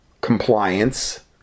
compliance